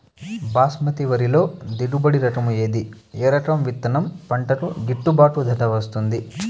బాస్మతి వరిలో దిగుబడి రకము ఏది ఏ రకము విత్తనం పంటకు గిట్టుబాటు ధర ఇస్తుంది